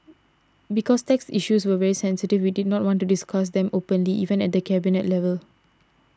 because tax issues were very sensitive we did not want to discuss them openly even at the Cabinet level